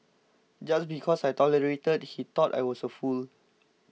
just because I tolerated he thought I was a fool